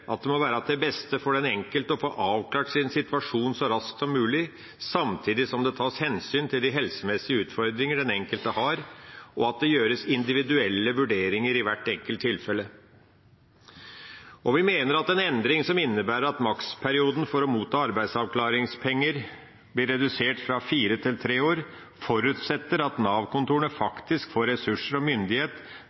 at det må være til beste for den enkelte å få avklart sin situasjon så raskt som mulig, samtidig som det tas hensyn til de helsemessige utfordringer den enkelte har, og at det gjøres individuelle vurderinger i hvert enkelt tilfelle. Vi mener at en endring som innebærer at maksperioden for å motta arbeidsavklaringspenger blir redusert fra fire til tre år, forutsetter at Nav-kontorene får ressurser og myndighet